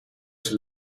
zijn